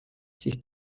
siis